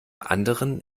anderem